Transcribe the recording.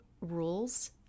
rules